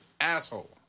asshole